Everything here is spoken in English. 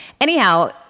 Anyhow